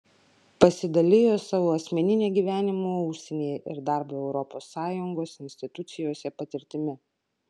pasidalijo savo asmenine gyvenimo užsienyje ir darbo europos sąjungos institucijose patirtimi